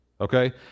Okay